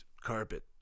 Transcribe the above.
carpet